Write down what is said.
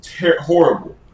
horrible